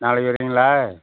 நாளைக்கு வர்றீங்களா